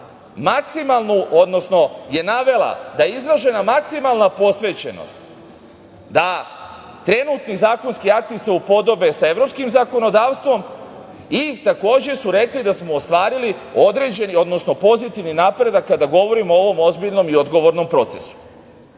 maksimalnu, odnosno je navela, da izražena maksimalna posvećenost da trenutni zakonski akti se upodobe sa evropskim zakonodavstvom i takođe su rekli da smo ostvarili određeni, odnosno, pozitivni napredak kada govorimo o ovom ozbiljno i odgovornom procesu.